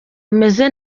ameze